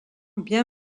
bien